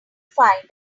find